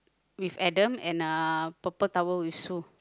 with Adam and uh purple tower with Sue